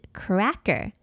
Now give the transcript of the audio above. cracker